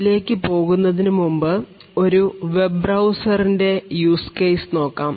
അതിലേക്കു പോകുന്നതിനു മുമ്പ് ഒരു വെബ് ബ്രൌസർ ന്റെ യൂസ് കേസ് നോക്കാം